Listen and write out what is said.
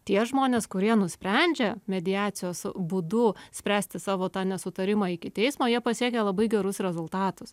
tie žmonės kurie nusprendžia mediacijos būdu spręsti savo tą nesutarimą iki teismo jie pasiekia labai gerus rezultatus